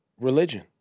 religion